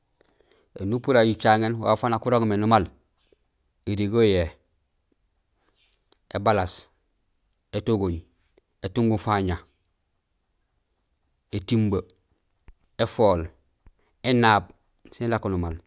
Ēni upural jicaŋéén, waaf wan nak urong mé numaal: érigee uyéé, ébalaas, étugunñ, étungufaña, étimbee, éfool, énaab sén na=élako numaal.